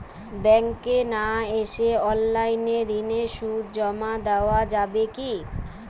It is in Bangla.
ব্যাংকে না এসে অনলাইনে ঋণের সুদ জমা দেওয়া যাবে কি?